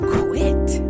quit